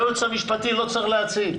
הייעוץ המשפטי לא צריך להציג.